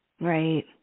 Right